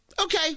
Okay